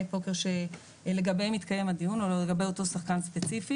פוקר שלגביהם התקיים הדיון או לגבי אותו שחקן ספציפי